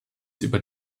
über